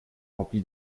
rempli